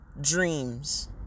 dreams